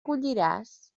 colliràs